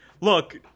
Look